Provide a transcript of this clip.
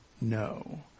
no